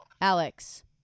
Alex